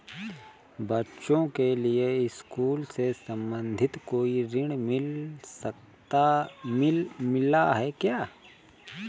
बच्चों के लिए स्कूल से संबंधित कोई ऋण मिलता है क्या?